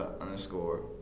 underscore